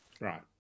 Right